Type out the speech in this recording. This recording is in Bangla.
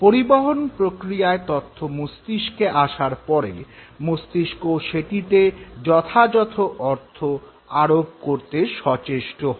পরিবহণ প্রক্রিয়ায় তথ্য মস্তিষ্কে আসার পরে মস্তিষ্ক সেটিতে যথাযথ অর্থ আরোপ করতে সচেষ্ট হয়